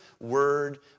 word